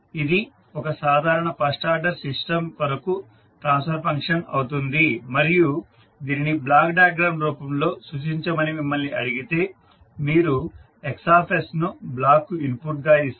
ఇది ఒక సాధారణ ఫస్ట్ ఆర్డర్ సిస్టం కొరకు ట్రాన్స్ఫర్ ఫంక్షన్ అవుతుంది మరియు దీనిని బ్లాక్ డయాగ్రమ్ రూపంలో సూచించమని మిమ్మల్ని అడిగితే మీరు X ను బ్లాక్కు ఇన్పుట్గా ఇస్తారు